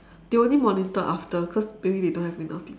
they only monitor after cause maybe they don't have enough peop~